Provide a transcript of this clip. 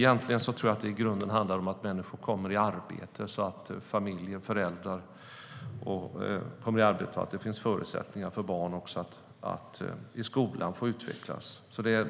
Jag tror att det i grunden handlar om att människor, föräldrar, kommer i arbete så att det finns förutsättningar för barn att utvecklas i skolan.